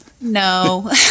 No